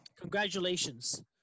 congratulations